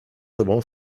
sobą